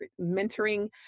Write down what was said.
mentoring